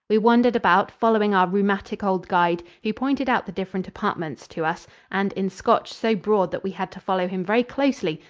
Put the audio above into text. we wandered about, following our rheumatic old guide, who pointed out the different apartments to us and, in scotch so broad that we had to follow him very closely,